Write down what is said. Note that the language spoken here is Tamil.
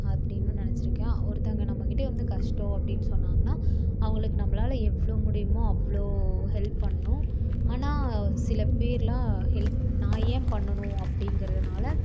அப்டின்னும் நினச்சிருக்கேன் அ ஒருத்தவங்க நம்மகிட்ட வந்து கஷ்டம் அப்படின்னு சொன்னாங்கன்னா அவங்குளுக்கு நம்மளால எவ்வளோ முடியுமோ அவ்வளோ ஹெல்ப் பண்ணணும் ஆனால் சில பேர்லாம் ஹெல்ப் நான் ஏன் பண்ணனும் அப்படிங்கிறதுனால